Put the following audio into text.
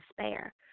despair